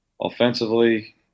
Offensively